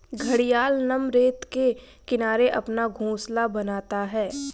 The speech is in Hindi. घड़ियाल नम रेत के किनारे अपना घोंसला बनाता है